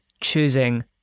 choosing